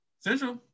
Central